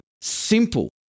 simple